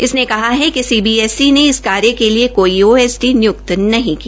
इसने कहा कि सीबीएससी ने इस कार्य के लिए कोई ओएसडी निय्क्त नहीं किया